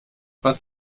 was